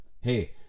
Hey